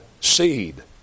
seed